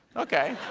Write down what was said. okay.